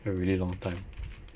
a really long time